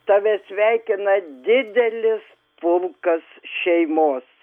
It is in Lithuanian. tave sveikina didelis pulkas šeimos